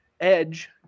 Edge